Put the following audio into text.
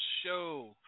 show